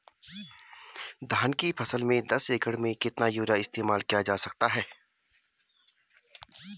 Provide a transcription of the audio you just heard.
धान की फसल में दस एकड़ में कितना यूरिया इस्तेमाल किया जा सकता है?